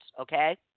Okay